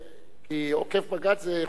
חקיקה עוקפת בג"ץ.